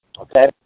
Okay